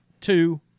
two